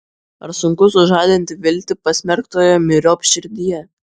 ar sunku sužadinti viltį pasmerktojo myriop širdyje